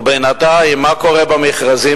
ובינתיים מה קורה במכרזים,